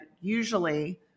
usually